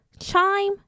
Chime